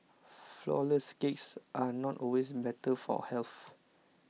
Flourless Cakes are not always better for health